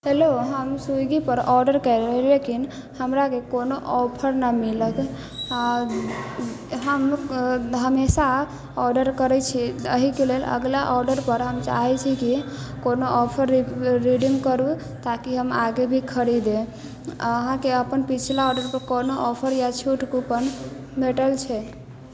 hello हम स्विग्गीपर order कयलहुँ लेकिन हमराके कोनो ऑफर नहि मिलल आओर हम हमेशा ऑर्डर करै छियै अहिके लेल अगिला ऑर्डरपर हम चाहै छी की कोनो ऑफर रीडीम करू ताकि हम आगे भी खरीदू आओर अहाँके अपन पछिला ऑर्डरपर कोनो ऑफर या छूट कूपन भेटल छै